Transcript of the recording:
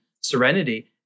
serenity